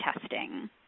testing